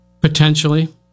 Potentially